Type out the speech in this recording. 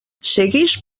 seguix